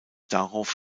darauf